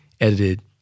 edited